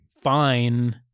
fine